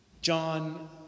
John